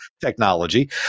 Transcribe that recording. technology